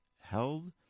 held